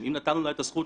אם התובעת